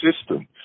system